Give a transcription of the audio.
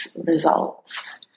results